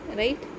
right